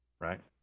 Right